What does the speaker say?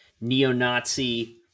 neo-Nazi